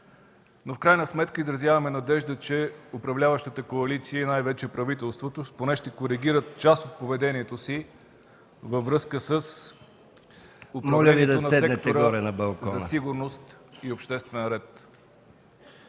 В крайна сметка изразяваме надежда, че управляващата коалиция и най-вече правителството поне ще коригират част от поведението си във връзка с управлението на Сектора за сигурност и обществен ред,